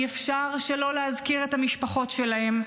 אי-אפשר שלא להזכיר את המשפחות שלהם,